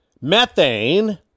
Methane